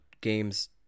games